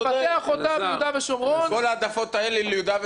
כל ההעדפות האלה ליהודה ושומרון על